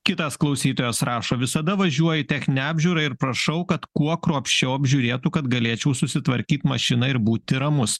kitas klausytojas rašo visada važiuoju į techninę apžiūrą ir prašau kad kuo kruopščiau apžiūrėtų kad galėčiau susitvarkyt mašiną ir būti ramus